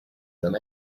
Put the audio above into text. than